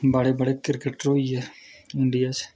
बड़े बड़े क्रिकेटर होइये इंडिया च